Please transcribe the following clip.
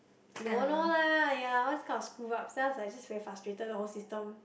no no lah ya all these kind of screw ups then I was like just very frustrated the whole system